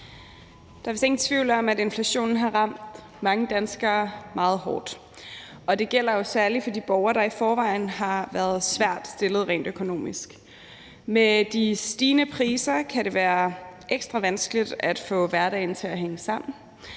Der er vist ingen tvivl om, at inflationen har ramt mange danskere meget hårdt. Det gælder jo særlig for de borgere, der i forvejen er svært stillet rent økonomisk. Med de stigende priser kan det være ekstra vanskeligt at få hverdagen til at hænge sammen,